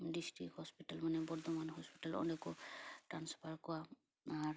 district hospital ᱢᱟᱱᱮ Bardhaman hospital ᱚᱸᱰᱮ ᱠᱚ ᱴᱨᱟᱱᱥᱯᱷᱟᱨ ᱠᱚᱣᱟ ᱟᱨ